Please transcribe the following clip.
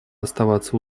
оставаться